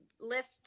lift